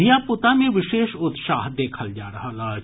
धीया पूता मे विशेष उत्साह देखल जा रहल अछि